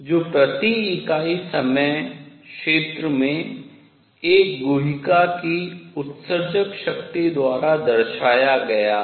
जो प्रति इकाई समय क्षेत्र में एक गुहिका की उत्सर्जक शक्ति द्वारा दर्शाया गया है